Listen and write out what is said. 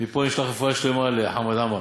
מפה נשלח רפואה שלמה לחמד עמאר.